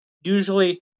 usually